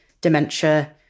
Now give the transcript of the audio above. dementia